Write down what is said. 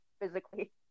physically